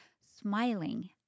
smiling